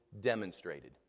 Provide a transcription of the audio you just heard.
demonstrated